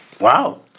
Wow